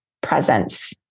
presence